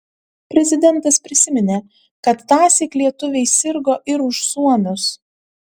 prezidentas prisiminė kad tąsyk lietuviai sirgo ir už suomius